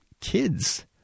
kids